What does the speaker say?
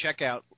checkout